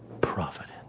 providence